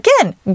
Again